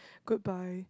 goodbye